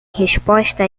resposta